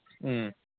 ꯎꯝ